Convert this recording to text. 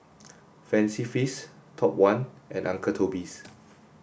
Fancy Feast Top One and Uncle Toby's